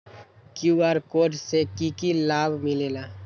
QR code से कि कि लाव मिलेला?